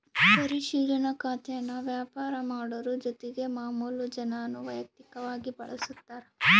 ಪರಿಶಿಲನಾ ಖಾತೇನಾ ವ್ಯಾಪಾರ ಮಾಡೋರು ಜೊತಿಗೆ ಮಾಮುಲು ಜನಾನೂ ವೈಯಕ್ತಕವಾಗಿ ಬಳುಸ್ತಾರ